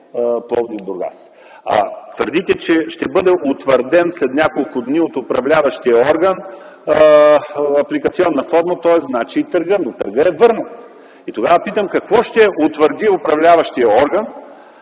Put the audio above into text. Пловдив – Бургас. Твърдите, че ще бъде утвърден след няколко дни от управляващия орган апликационна форма, тоест и търгът. Но търгът е върнат. И тогава питам какво ще утвърди управляващият орган,